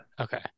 Okay